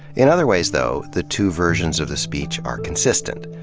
in other ways, though, the two versions of the speech are consistent.